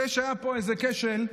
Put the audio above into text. זה שהיה פה איזה כשל,